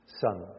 Son